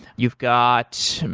you've got,